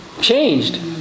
changed